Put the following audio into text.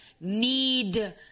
need